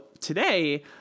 today